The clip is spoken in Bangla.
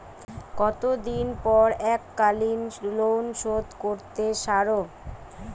কতদিন পর এককালিন লোনশোধ করতে সারব?